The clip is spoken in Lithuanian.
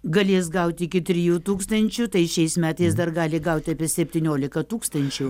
galės gaut iki trijų tūkstančių tai šiais metais dar gali gaut apie septyniolika tūkstančių